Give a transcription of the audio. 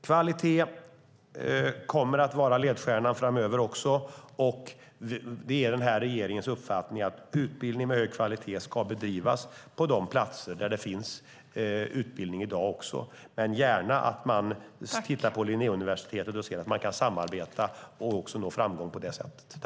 Kvalitet kommer att vara ledstjärnan även framöver, och det är regeringens uppfattning att utbildning med hög kvalitet ska bedrivas på de platser där det finns utbildning i dag. Man kan gärna titta på Linnéuniversitetet och se att man kan samarbeta och nå framgång på det sättet.